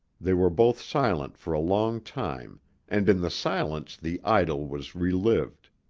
they were both silent for a long time and in the silence the idyll was re-lived.